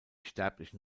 sterblichen